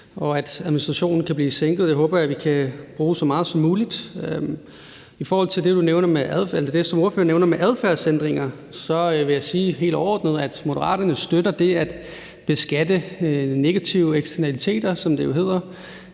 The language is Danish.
og at administrationen kan blive sænket. Det håber jeg vi kan bruge så meget som muligt. I forhold til det, ordføreren nævner med adfærdsændringer, vil jeg helt overordnet sige, at Moderaterne støtter det at beskatte negative eksternaliteter, som det jo hedder.